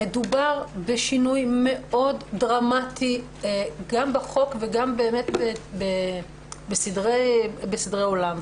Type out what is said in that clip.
מדובר בשינוי דרמטי מאוד, גם בחוק וגם בסדרי עולם.